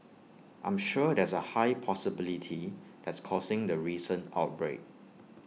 I'm sure there's A high possibility that's causing the recent outbreak